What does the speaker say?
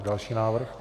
Další návrh.